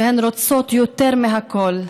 שהן רוצות יותר מהכול.